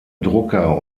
drucker